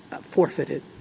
forfeited